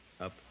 up